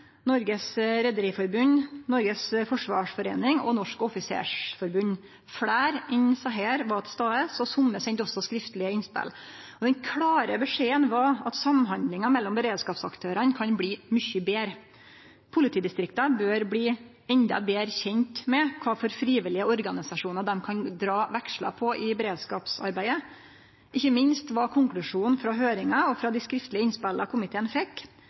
Rederiforbund, Norges Forsvarsforening og Norges Offisersforbund. Fleire enn desse var til stades, og somme sende også skriftlege innspel. Den klåre beskjeden var at samhandlinga mellom beredskapsaktørane kan bli mykje betre. Politidistrikta bør bli endå betre kjende med kva for frivillige organisasjonar dei kan dra vekslar på i beredskapsarbeidet. Ikkje minst var konklusjonen frå høyringa og frå dei skriftlege innspela komiteen fekk,